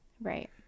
right